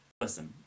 Listen